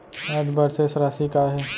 आज बर शेष राशि का हे?